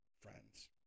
friends